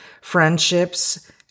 friendships